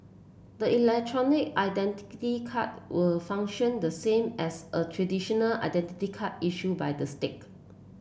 the electronic identity card will function the same as a traditional identity card issued by the state